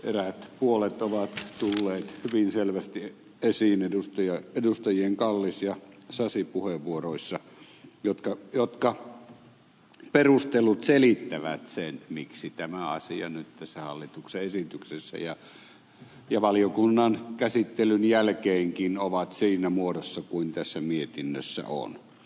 eräät puolet ovat tulleet hyvin selvästi esiin edustajien kallis ja sasi puheenvuoroissa joiden perustelut selittävät sen miksi tämä asia nyt tässä hallituksen esityksessä ja valiokunnan käsittelyn jälkeenkin on siinä muodossa kuin se tässä mietinnössä on